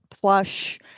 plush